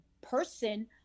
person